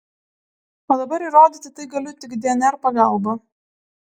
o dabar įrodyti tai galiu tik dnr pagalba